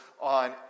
on